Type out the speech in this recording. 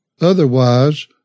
Otherwise